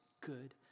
good